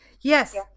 Yes